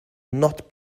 not